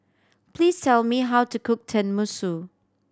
please tell me how to cook Tenmusu